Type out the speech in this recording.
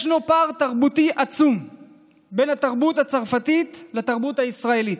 יש פער עצום בין התרבות הצרפתית לתרבות הישראלית.